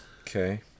Okay